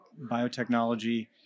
biotechnology